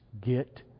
get